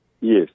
Yes